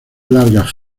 largas